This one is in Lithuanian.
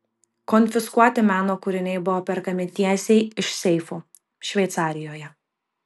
konfiskuoti meno kūriniai buvo perkami tiesiai iš seifų šveicarijoje